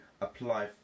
apply